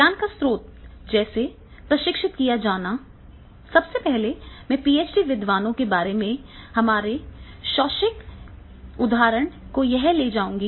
ज्ञान का स्रोत जिसे प्रशिक्षित किया जाना है सबसे पहले मैं पीएचडी विद्वानों के बारे में हमारे शैक्षणिक उदाहरण को यहां ले जाऊंगा